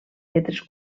lletres